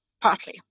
partly